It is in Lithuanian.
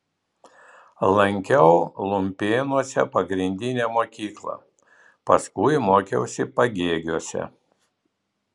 lankiau lumpėnuose pagrindinę mokyklą paskui mokiausi pagėgiuose